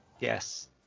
yes